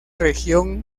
región